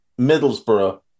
Middlesbrough